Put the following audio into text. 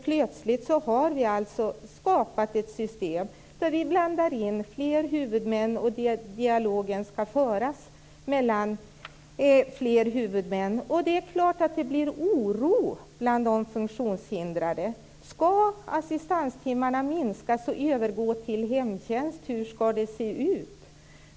Plötsligt har vi skapat ett system där vi blandar in fler huvudmän och där dialogen skall föras mellan flera sådana. Det är klart att det blir oro bland de funktionshindrade. Skall assistanstimmarna minskas och övergå till hemtjänst, eller hur skall det se ut?